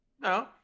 no